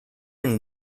and